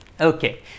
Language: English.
Okay